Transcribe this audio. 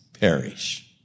perish